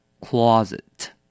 closet